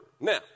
Now